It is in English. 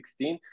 2016